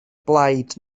blaid